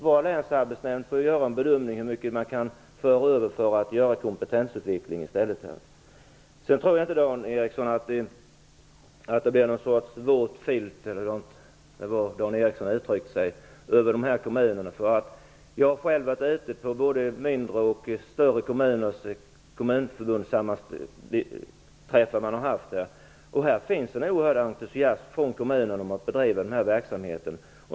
Varje länsarbetsnämnd får göra en bedömning av hur mycket man kan föra över för att i stället satsa på kompetensutveckling. Jag tror inte att det dras någon våt filt över dessa kommuner. Jag har själv varit ute i både mindre och större kommuner, och det finns en oerhörd entusiasm för att driva den här verksamheten.